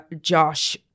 Josh